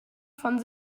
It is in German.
von